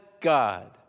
God